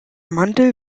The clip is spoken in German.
mantel